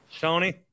Tony